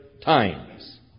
times